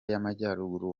y’amajyaruguru